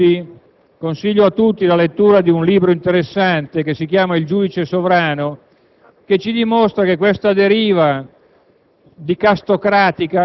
Consiglio a tutti la lettura di un libro interessante, «Il giudice sovrano», che ci dimostra come questa deriva